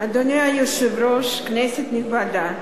אדוני היושב-ראש, כנסת נכבדה,